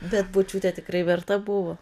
bet bučiūtė tikrai verta buvo